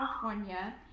California